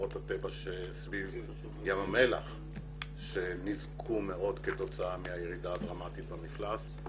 שמורות הטבע סביב ים המלח שניזקו מאוד כתוצאה מהירידה הדרמטית במפלס.